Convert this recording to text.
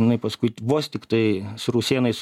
jinai paskui vos tiktai su rusėnais